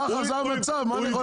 ככה זה המצב מה אני יכול לעשות.